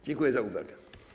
Dziękuję za uwagę.